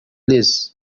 liz